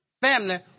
family